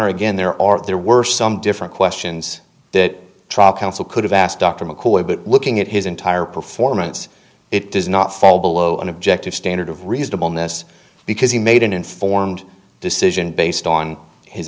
honor again there are there were some different questions that trial counsel could have asked dr mccoy but looking at his entire performance it does not fall below an objective standard of reasonableness because he made an informed decision based on his